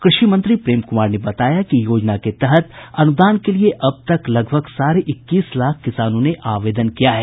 कृषि मंत्री प्रेम कुमार ने बताया कि योजना के तहत अनुदान के लिए अब तक लगभग साढ़े इक्कीस लाख किसानों ने आवेदन किया है